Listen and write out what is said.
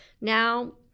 now